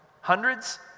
Hundreds